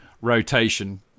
rotation